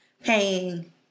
paying